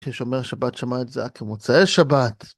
כששומר שבת שמע את זה, רק במוצא שבת.